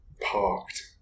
parked